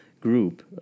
group